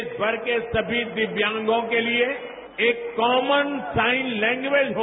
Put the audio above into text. देशभर के सभी दिव्यांगजनों के लिए एक कॉमन साइन लैंग्वेज हो